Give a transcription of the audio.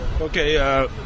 Okay